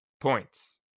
points